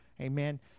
Amen